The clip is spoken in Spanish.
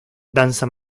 danza